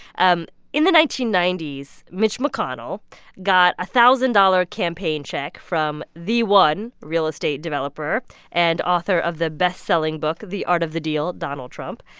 um in the nineteen ninety s, mitch mcconnell got a thousand-dollar campaign check from the one real estate developer and author of the bestselling book the art of the deal, donald trump.